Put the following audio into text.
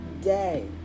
Day